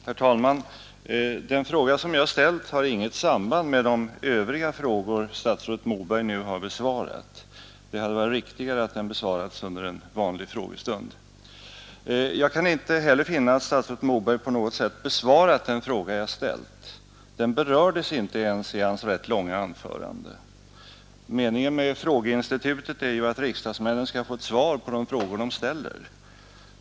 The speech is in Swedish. Herr talman! Den fråga som jag ställt har inget samband med de interpellationer statsrådet Moberg nu har besvarat, och det hade varit riktigare att den hade besvarats under en vanlig frågestund. Jag kan inte heller finna att statsrådet Moberg reellt besvarat min fråga. Den berördes inte ens i hans rätt långa anförande. Meningen med frågeinstitutet är ju att riksdagsmännen skall få ett svar på de frågor de ställer.